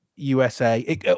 usa